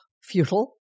futile